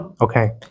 Okay